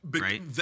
right